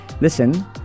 listen